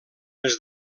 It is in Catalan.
els